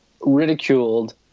ridiculed